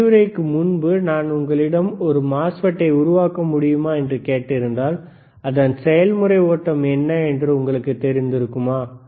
ஆனால் விரிவுரைக்கு முன்பு நான் உங்களிடம் ஒரு MOSFET ஐ உருவாக்க முடியுமா என்று கேட்டிருந்தால் அதன் செயல்முறை ஓட்டம் என்ன என்று உங்களுக்கு தெரிந்திருக்குமா